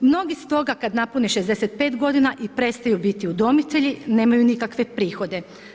Mnogi stoga kad napune 65 godina i prestaju biti udomitelji, nemaju nikakve prihode.